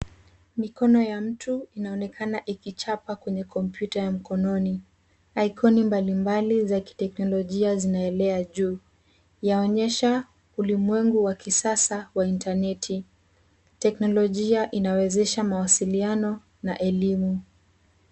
Mikono ya mtu inaonekana ikichapa kwenye kompyuta ya mkononi. Ikoni mbalimbali za kiteknolojia zinaelea juu yaonyesha ulimwengu wa kisasa wa intaneti. Teknolojia inawezesha mawasiliano na elimu.